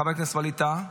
חבר הכנסת ווליד טאהא,